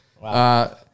Wow